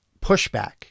pushback